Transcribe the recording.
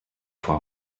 for